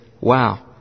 wow